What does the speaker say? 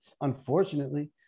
unfortunately